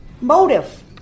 motive